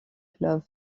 love